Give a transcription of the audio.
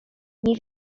nie